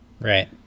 Right